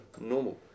normal